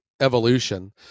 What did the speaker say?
evolution